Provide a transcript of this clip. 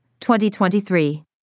2023